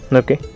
okay